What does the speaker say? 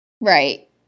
Right